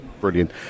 Brilliant